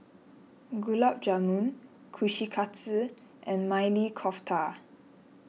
Gulab Jamun Kushikatsu and Maili Kofta